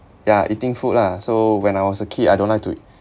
ya eating food lah so when I was a kid I don't like to